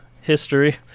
history